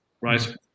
right